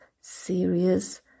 serious